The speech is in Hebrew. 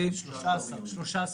ב-13 ביולי.